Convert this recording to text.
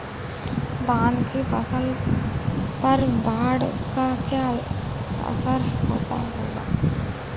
धान की फसल पर बाढ़ का क्या असर होगा?